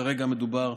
כרגע מדובר,